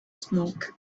smoke